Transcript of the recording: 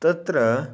तत्र